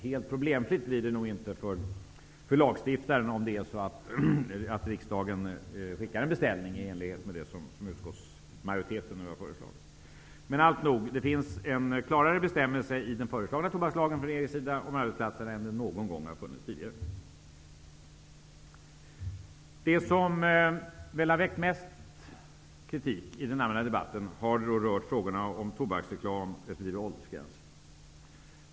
Helt problemfritt blir det nog inte för lagstiftaren om riksdagen skickar en beställning i enlighet med vad utskottsmajoriteten och jag har föreslagit. Det finns dock en klarare bestämmelse i den föreslagna tobakslagen om arbetsplatser än det funnits någon gång tidigare. Det som väckt mest kritik i den allmänna debatten har rört tobaksreklam resp. åldersgräns.